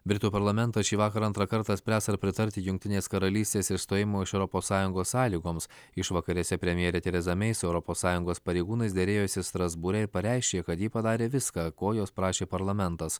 britų parlamentas šį vakarą antrą kartą spręs ar pritarti jungtinės karalystės išstojimo iš europos sąjungos sąlygoms išvakarėse premjerė tereza mei su europos sąjungos pareigūnais derėjosi strasbūre ir pareiškė kad ji padarė viską ko jos prašė parlamentas